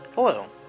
Hello